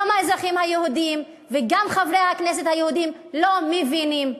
גם האזרחים היהודים וגם חברי הכנסת היהודים לא מבינים.